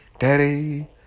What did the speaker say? Daddy